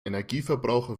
energieverbraucher